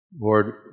Lord